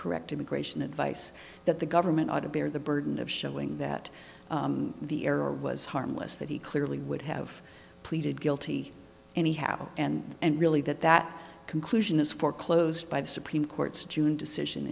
correct immigration advice that the government ought to bear the burden of showing that the error was harmless that he clearly would have pleaded guilty anyhow and and really that that conclusion is foreclosed by the supreme court's june decision